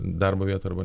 darbo vietoj arba